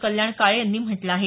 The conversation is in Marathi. कल्याण काळे यांनी म्हटलं आहे